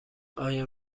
آیا